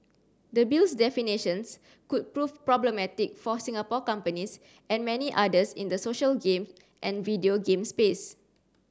the Bill's definitions could prove problematic for Singapore companies and many others in the social game and video game space